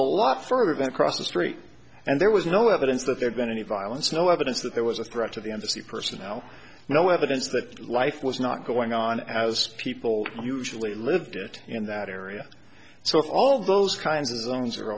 a lot further than across the street and there was no evidence that there been any violence no evidence that there was a threat to the embassy personnel no evidence that life was not going on as people usually lived it in that area so if all those kinds of things are